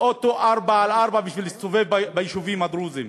אוטו 4x4 בשביל להסתובב ביישובים הדרוזיים.